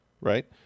right